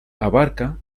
abarca